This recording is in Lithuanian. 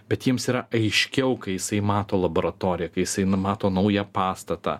bet jiems yra aiškiau kai jisai mato laboratoriją kai jisai na mato naują pastatą